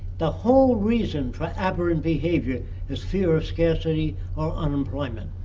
the whole reason for aberrant behavior is fear of scarcity or unemployment.